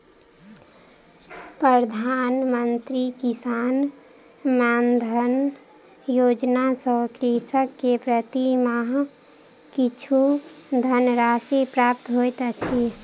प्रधान मंत्री किसान मानधन योजना सॅ कृषक के प्रति माह किछु धनराशि प्राप्त होइत अछि